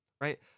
right